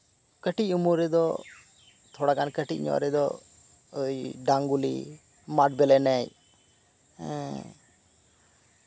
ᱠᱟᱹᱴᱤᱡ ᱩᱢᱮᱨ ᱨᱮᱫᱚ ᱛᱷᱚᱲᱟᱜᱟᱱ ᱠᱟᱹᱴᱤᱡ ᱧᱚᱜ ᱨᱮᱫᱚ ᱰᱟᱝᱜᱩᱞᱤ ᱢᱟᱨᱵᱮᱞ ᱮᱱᱮᱡ